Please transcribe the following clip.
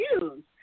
use